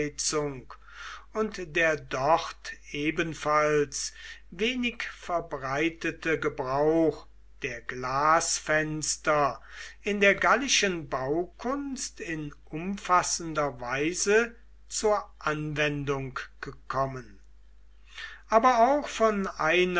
und der dort ebenfalls wenig verbreitete gebrauch der glasfenster in der gallischen baukunst in umfassender weise zur anwendung gekommen aber auch von einer